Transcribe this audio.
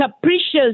Capricious